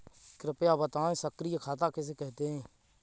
कृपया बताएँ सक्रिय खाता किसे कहते हैं?